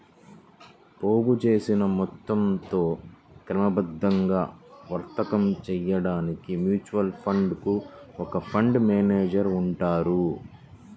పోగుచేసిన మొత్తంతో క్రమబద్ధంగా వర్తకం చేయడానికి మ్యూచువల్ ఫండ్ కు ఒక ఫండ్ మేనేజర్ ఉంటారు